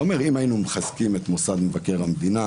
אתה אומר שאם היינו מחזקים את מוסד מבקר המדינה,